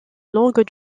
langue